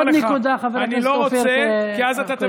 שאני אוכיח לך שאתה טועה?